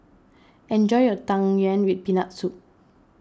enjoy your Tang Yuen with Peanut Soup